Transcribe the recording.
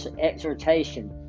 exhortation